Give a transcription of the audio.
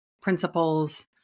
principles